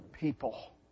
people